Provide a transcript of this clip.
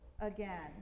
again